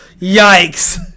yikes